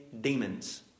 demons